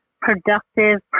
productive